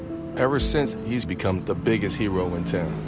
ever since, he's become the biggest hero in town.